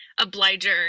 obliger